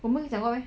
我没有跟你讲过 meh